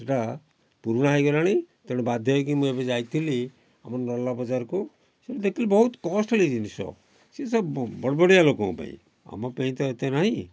ସେଇଟା ପୁରୁଣା ହେଇଗଲାଣି ତେଣୁ ବାଧ୍ୟ ହେଇକି ମୁଁ ଏବେ ଯାଇଥିଲି ଆମର ନର୍ଲା ବଜାରକୁ ସେଇଠି ଦେଖିଲି ବହୁତ କଷ୍ଟଲି ଜିନିଷ ସେସବୁ ବଡ଼ ବଡ଼ିଆ ଲୋକଙ୍କ ପାଇଁ ଆମ ପାଇଁ ତ ଏତେ ନାହିଁ